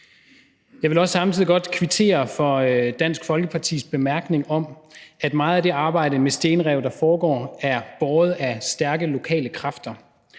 Jeg vil samtidig også godt kvittere for Dansk Folkepartis bemærkning om, at meget af det arbejde med stenrev, der foregår, er båret af stærke lokale kræfter.